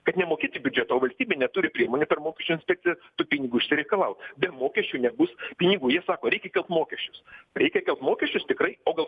kad nemokėt į biudžetą o valstybė neturi priemonių per mokesčių inspekciją pinigų išsireikalaut be mokesčių nebus pinigų jie sako reikia kelt mokesčius reikia kelt mokesčius tikrai o gal